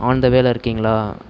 on the வேயில் இருக்கிங்களா